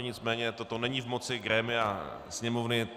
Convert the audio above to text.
Nicméně toto není v moci grémia Sněmovny.